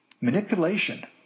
Manipulation